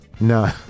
No